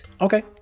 Okay